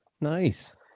Nice